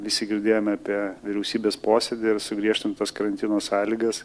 visi girdėjome apie vyriausybės posėdį ir sugriežtintas karantino sąlygas